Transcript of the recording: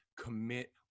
commit